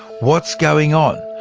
what's going on?